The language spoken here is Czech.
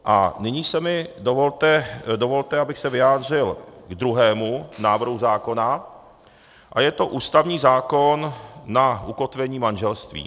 A nyní mi dovolte, abych se vyjádřil k druhému návrhu zákona a je to ústavní zákon na ukotvení manželství.